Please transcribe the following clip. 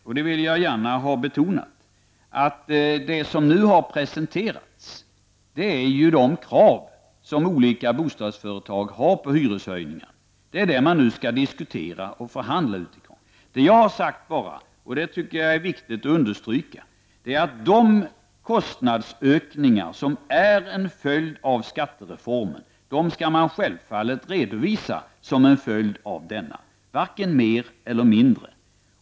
Jag vill gärna betona att det som nu har presenterats är de krav som olika bostadsföretag har på hyreshöjningar. Det är med utgångspunkt i detta man skall diskutera och förhandla. Det är viktigt att understryka att de kostnadsökningar som är en följd av skattereformen skall man självfallet redovisa som en följd av denna, varken mer eller mindre.